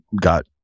got